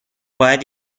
باید